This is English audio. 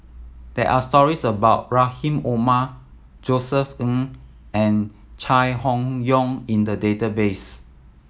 there are stories about Rahim Omar Josef Ng and Chai Hon Yoong in the database